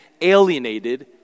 alienated